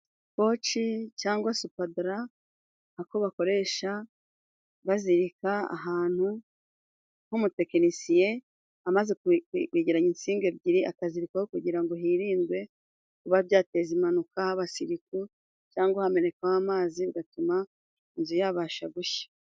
Sikoci cyangwa supadara, ako bakoresha bazirika ahantu ho umutekinisiye amaze kwegeranya insinga ebyiri, akazirikaho kugira ngo hirindwe kuba byateza impanuka. Haba sirikwi cyangwa hamenekaho amazi bigatuma inzu yabasha gushya.